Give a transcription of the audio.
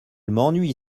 m’ennuie